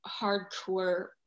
hardcore